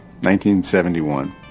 1971